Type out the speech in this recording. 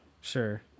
Sure